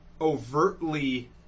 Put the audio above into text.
overtly